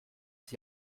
sie